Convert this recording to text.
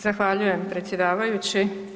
Zahvaljujem predsjedavajući.